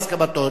בהסכמתו.